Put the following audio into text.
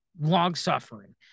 long-suffering